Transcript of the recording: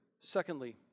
Secondly